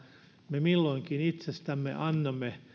me milloinkin itsestämme annamme